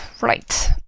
Right